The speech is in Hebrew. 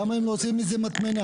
למה הם לא עושים מזה מטמנה?